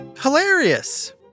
hilarious